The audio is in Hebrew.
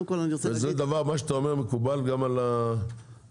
אם מה שאתה אומר מקובל גם על היבואנים,